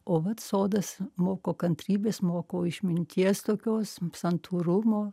o vat sodas moko kantrybės moko išminties tokios santūrumo